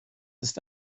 ist